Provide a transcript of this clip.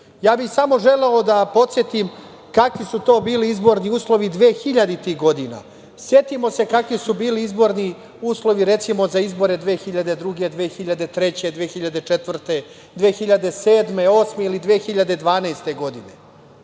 bih samo želeo da podsetim kakvi su to bili izborni uslovi 2000-ih godina. Setimo se kakvi su bili izborni uslovi, recimo, za izbore 2002, 2003, 2004, 2007, 2008. ili 2012. godine. Setimo